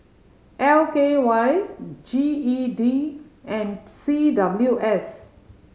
L K Y G E D and C W S